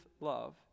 love